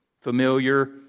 Familiar